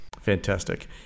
Fantastic